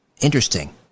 interesting